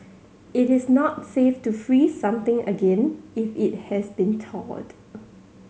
it is not safe to free something again if it has been thawed